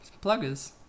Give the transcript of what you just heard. Pluggers